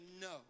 no